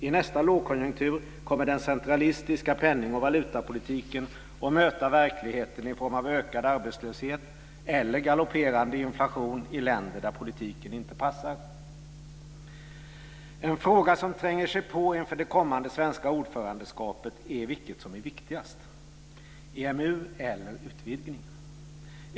I nästa lågkonjunktur kommer den centralistiska penning och valutapolitiken att möta verkligheten i form av ökad arbetslöshet eller galopperande inflation i länder där politiken inte passar. En fråga som tränger sig på inför det kommande svenska ordförandeskapet är: Vilket är viktigast - EMU eller utvidgning?